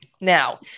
Now